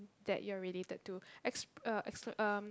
that you're related to ex~ uh ex~ um